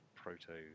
proto